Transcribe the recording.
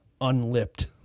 Unlipped